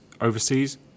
overseas